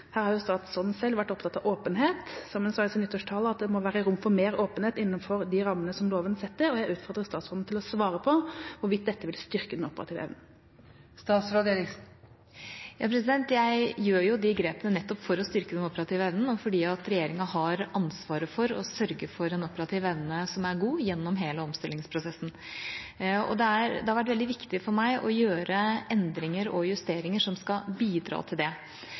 Her har statsråden selv vært opptatt av åpenhet. Som hun sa i sin nyttårstale: Det må være «rom for mer åpenhet innenfor de rammene loven setter». Jeg utfordrer statsråden til å svare på hvorvidt dette vil styrke den operative evnen. Jeg gjør jo de grepene nettopp for å styrke den operative evnen, og fordi regjeringa har ansvaret for å sørge for en operativ evne som er god, gjennom hele omstillingsprosessen. Det har vært veldig viktig for meg å gjøre endringer og justeringer som skal bidra til det.